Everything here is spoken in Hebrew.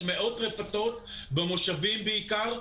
יש מאות רפתות במושבים בעיקר,